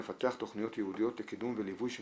לפתח תכניות ייעודיות לקידום וליווי של